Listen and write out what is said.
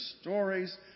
stories